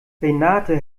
renate